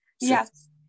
Yes